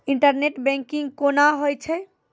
Internet banking कोना होय छै?